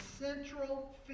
central